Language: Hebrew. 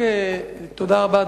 תודה רבה.